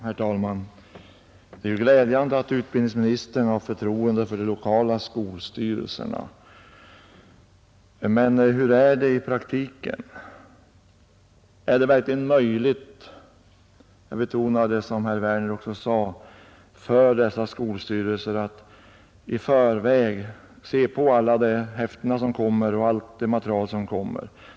Herr talman! Det är ju glädjande att utbildningsministern har förtroende för de lokala skolstyrelserna. Men hur är det i praktiken? Är det verkligen möjligt — jag betonar det som herr Werner i Malmö också sade — för dessa skolstyrelser att i förväg se på alla de häften och allt det material som kommer?